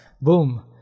boom